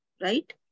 right